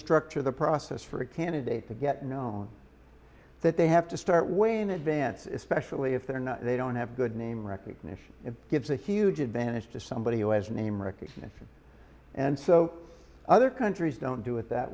structure the process for a candidate to get known that they have to start way in advance especially if they're not they don't have good name recognition it gives a huge advantage to somebody who has name recognition and so other countries don't do it that